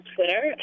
Twitter